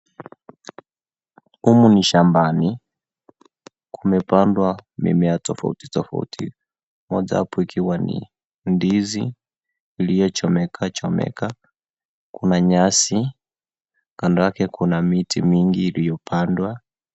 Humu ni shambani, kumepandwa mimea tofauti tofauti moja hapo ikiwa ni ndizi iliyochomeka chomeka, kuna nyasi, kando yake kuna miti mingi iliyopandwa.